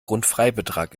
grundfreibetrag